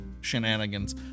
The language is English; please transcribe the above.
shenanigans